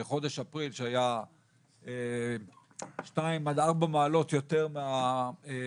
בחודש אפריל שהיה 4-2 מעלות יותר מהממוצע,